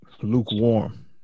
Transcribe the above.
lukewarm